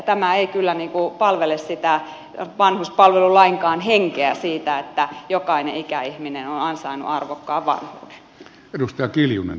tämä ei kyllä palvele sitä vanhuspalvelulainkaan henkeä siitä että jokainen ikäihminen on ansainnut arvokkaan vanhuuden